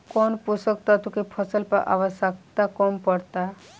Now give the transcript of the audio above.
कौन पोषक तत्व के फसल पर आवशयक्ता कम पड़ता?